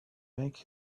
make